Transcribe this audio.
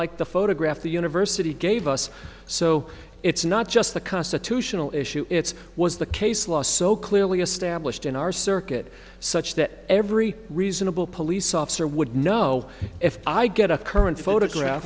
like the photograph the university gave us so it's not just the constitutional issue it's was the case law so clearly established in our circuit such that every reasonable police officer would know if i get a current photograph